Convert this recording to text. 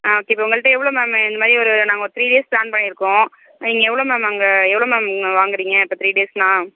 ஆ கி ப உங்கள்கிட்ட எவ்வளோ மேம் இந்த மாதிரி ஒரு நாங்கள் ஒரு த்ரீ டேஸ் ப்லான் பண்ணியிருக்கோம் நீங்கள் எவ்வளோ மேம் அங்கே எவ்வளோ மேம் உங்கள் வாங்குகிறிங்க இப்போ த்ரீ டேஸ்னால்